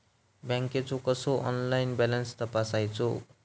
बँकेचो कसो online balance तपासायचो?